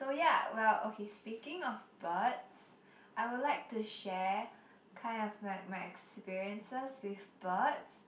so ya well okay speaking of birds I would like to share kind of like my experiences with birds